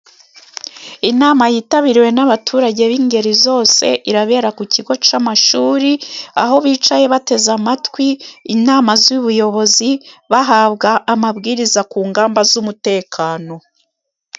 Inama yitabiriwe n'abaturage b'ingeri zose, irabera ku kigo c'amashuri, aho bicaye bateze amatwi inama z'ubuyobozi, bahabwa amabwiriza ku ngamba z'umutekano.